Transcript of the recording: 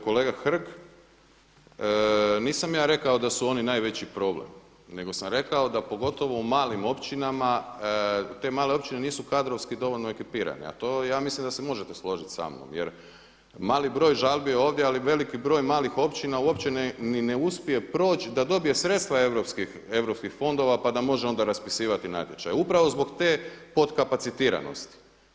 Kolega Hrg, nisam ja rekao da su oni najveći problem nego sam rekao da pogotovo u malim općinama te male općine nisu kadrovski dovoljno ekipirane a to ja mislim da se možete složiti samnom, jer mali broj žalbi je ovdje ali veliki broj malih općina uopće ni ne uspije proći da dobije sredstva europskih fondova pa da može onda raspisivati natječaje upravo zbog te potkapacitiranosti.